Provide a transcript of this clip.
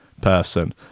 person